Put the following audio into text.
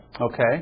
Okay